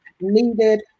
needed